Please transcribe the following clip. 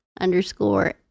underscore